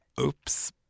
Oops